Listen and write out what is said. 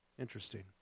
Interesting